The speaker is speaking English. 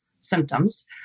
symptoms